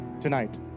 tonight